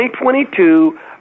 2022